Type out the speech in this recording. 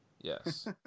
Yes